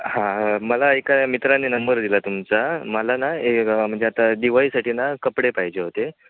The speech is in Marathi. हां मला एका मित्राने नंबर दिला तुमचा मला ना एक म्हणजे आता दिवाळीसाठी ना कपडे पाहिजे होते